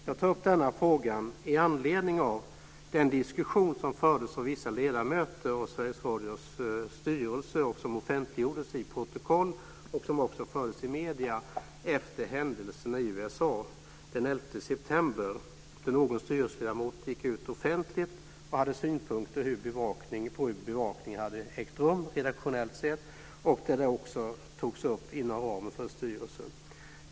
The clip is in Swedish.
Jag tar upp denna fråga i anledning av den diskussion som fördes av vissa ledamöter av Sveriges Radios styrelse, som offentliggjordes i protokoll och som också fördes i medier efter händelserna i USA den 11 september, då någon styrelseledamot gick ut offentligt och hade synpunkter på hur bevakningen hade ägt rum redaktionellt sett. Detta togs också upp inom ramen för styrelsen.